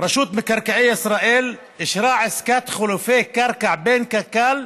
מרקעי ישראל אישרה עסקת חילופי קרקע בין קק"ל,